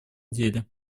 деле